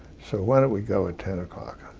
so why don't we go at ten